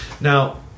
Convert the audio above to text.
Now